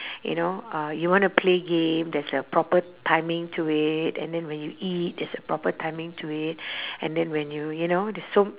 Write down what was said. you know uh you want to play game there's a proper timing to it and then when you eat there's a proper timing to it and then when you you know so